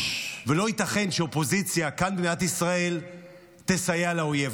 ולא ייתכן שאופוזיציה כאן במדינת ישראל תסייע לאויב.